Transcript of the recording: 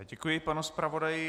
Děkuji panu zpravodaji.